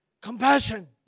compassion